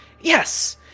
Yes